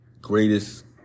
greatest